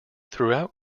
throughout